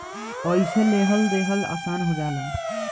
अइसे लेहल देहल आसन हो जाला